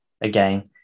again